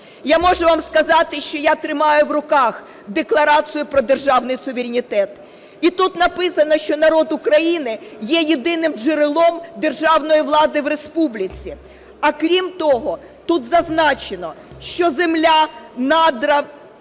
Я можу вам сказати, що я тримаю в руках Декларацію про державний суверенітет. І тут написано, що народ України є єдиним джерелом державної влади в республіці. А крім того, тут зазначено, що земля, надра,